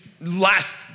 last